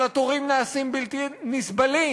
אבל התורים נעשים בלתי נסבלים,